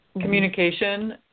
Communication